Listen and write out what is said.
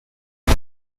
una